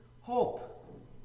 hope